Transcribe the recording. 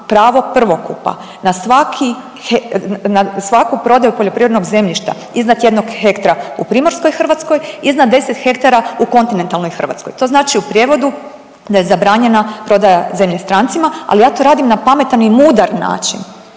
na svaki, na svaku prodaju poljoprivrednog zemljišta iznad jednog hektra u Primorskoj Hrvatskoj iznad 10 hektara u Kontinentalnoj Hrvatskoj, to znači u prijevodu da je zabranjena prodaja zemlje stranicama. Ali ja to radim na pametan i mudar način